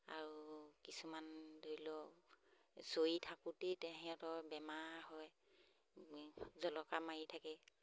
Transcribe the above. আৰু কিছুমান ধৰি লওক চৰি থাকোঁতেই তাহাঁতৰ বেমাৰ হয় জলকা মাৰি থাকে